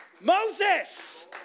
Moses